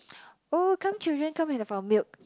oh come children come and have our milk